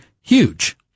huge